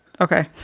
okay